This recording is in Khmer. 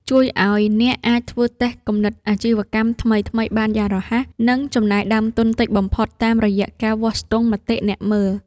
ជួយឱ្យអ្នកអាចធ្វើតេស្តគំនិតអាជីវកម្មថ្មីៗបានយ៉ាងរហ័ស និងចំណាយដើមទុនតិចបំផុតតាមរយៈការវាស់ស្ទង់មតិអ្នកមើល។